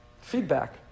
feedback